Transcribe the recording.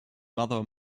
mother